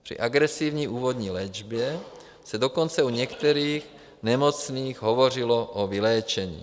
Při agresivní úvodní léčbě se dokonce u některých nemocných hovořilo o vyléčení.